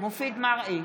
מופיד מרעי,